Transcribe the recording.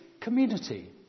community